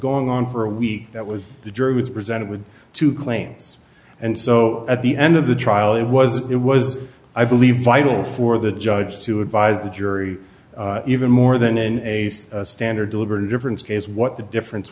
going on for a week that was the jury was presented with two claims and so at the end of the trial it was it was i believe vital for the judge to advise the jury even more than an ace standard deliberate difference case what the difference